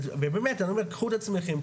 ובאמת אני אומר קחו את עצמכם,